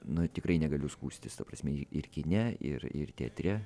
na tikrai negaliu skųstis ta prasme ir kine ir ir teatre